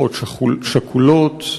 משפחות שכולות,